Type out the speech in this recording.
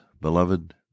beloved